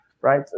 right